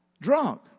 Drunk